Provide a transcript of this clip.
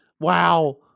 Wow